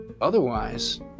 Otherwise